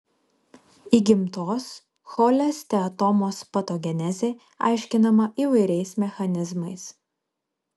įgimtos cholesteatomos patogenezė aiškinama įvairiais mechanizmais